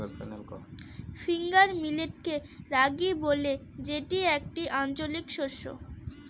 finger মিলেটকে রাগি বলে যেটি একটি আঞ্চলিক শস্য